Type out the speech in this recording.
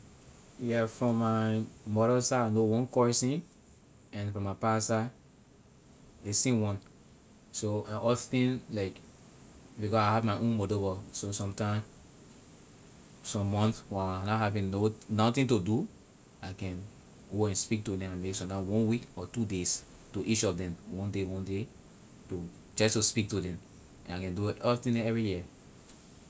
I have many cousin but where I only four I can see we visit one another every time when problem come to anybody ley other person will rush and come when we hear say ley other person in so so and so problem we go the we settle la problem.